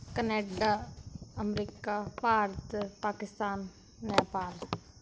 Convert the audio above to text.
Canada America Bharat Pakistan Nepal